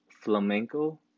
flamenco